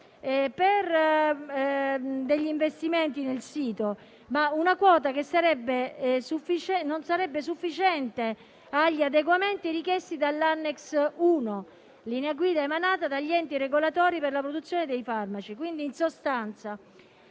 per degli investimenti nel sito, una quota che però non sarebbe sufficiente agli adeguamenti richiesti dall'Annex 1, linee guida emanate dagli enti regolatori per la produzione dei farmaci.